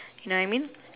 you know what I mean